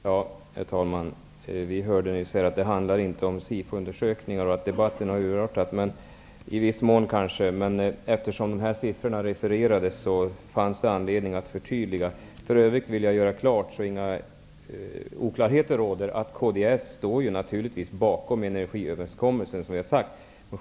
Herr talman! Vi har nyss hört att det inte handlar om SIFO-undersökningar och att debatten har urartat. Det kanske i viss mån är på det sättet. Men eftersom dessa siffror refererades fanns det anledning att förtydliga. För övrigt vill jag klargöra, så att inga oklarheter råder, att kds naturligtvis står bakom energiöverenskommelsen, som vi har sagt.